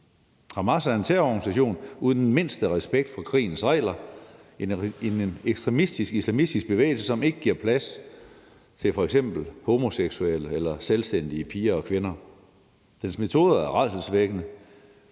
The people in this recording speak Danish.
Hamas er en terrororganisation uden den mindste respekt for krigens regler, en ekstremistisk islamistisk bevægelse, som ikke giver plads til f.eks. homoseksuelle eller selvstændige piger og kvinder. Dens metoder er rædselsvækkende;